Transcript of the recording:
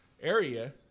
area